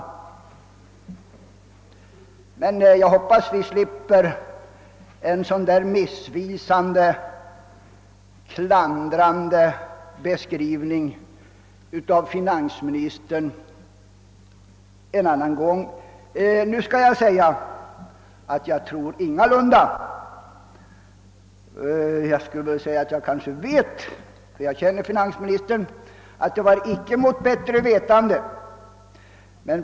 Jag hoppas dock att vi i fortsättningen skall slippa att höra en så missvisande och klandrande beskrivning från finansministern. Jag känner finansministern och vet, att han inte gjorde sitt påstående mot bättre vetande.